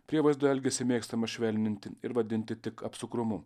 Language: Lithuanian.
prievaizdo elgesį mėgstama švelninti ir vadinti tik apsukrumu